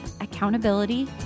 accountability